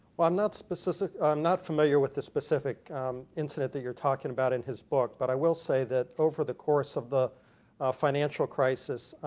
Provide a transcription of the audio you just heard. i'm not i'm not familiar with the specific incident that you're talking about in his book. but i will say that for the course of the financial crisis,